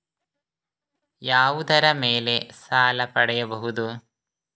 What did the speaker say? ಯಾವುದರ ಮೇಲೆ ಸಾಲ ಪಡೆಯಬಹುದು?